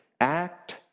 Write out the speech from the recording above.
Act